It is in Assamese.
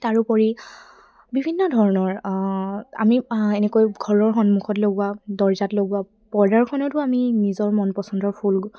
তাৰোপৰি বিভিন্ন ধৰণৰ আমি এনেকৈ ঘৰৰ সন্মুখত লগোৱা দৰজাত লগোৱা পৰ্দাখনতো আমি নিজৰ মন পচন্দৰ ফুল